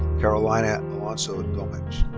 carolina alonso domech.